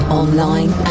online